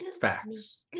facts